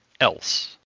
else